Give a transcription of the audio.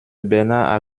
bernard